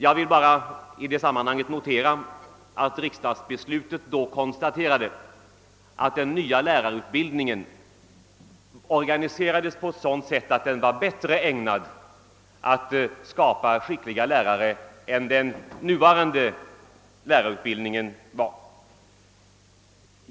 Jag vill i det sammanhanget bara notera att det i riksdagsbeslutet då konstaterades, att den nya lärarutbildningen organiserats på ett sådant sätt att den var bättre ägnad än den dittillsvarande utbildningen att skapa skickliga lärare.